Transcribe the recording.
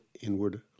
inward